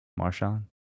Marshawn